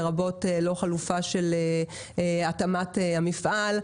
לרבות חלופה של התאמת המפעל,